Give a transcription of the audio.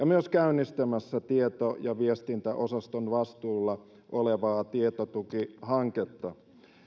myös käynnistämässä tieto ja viestintäosaston vastuulla olevaa tietotukihanketta